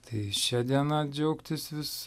tai šia diena džiaugtis vis